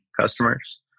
customers